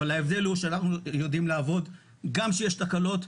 אבל ההבדל הוא שאנחנו יודעים לעבוד גם כשיש תקלות.